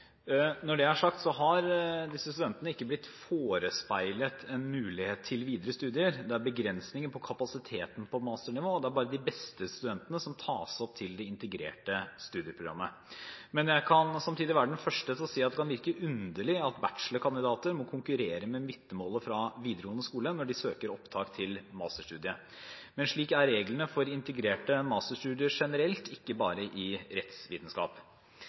Når det er sagt, har ikke disse studentene blitt forespeilet en mulighet til videre studier. Det er begrensninger på kapasiteten på masternivå, og det er bare de beste studentene som tas opp til det integrerte studieprogrammet. Jeg kan samtidig være den første til å si at det kan virke underlig at bachelorkandidater må konkurrere med vitnemålet fra videregående skole når de søker opptak til masterstudiet. Men slik er reglene for integrerte masterstudier generelt, ikke bare i rettsvitenskap.